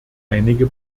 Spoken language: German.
einige